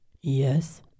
Yes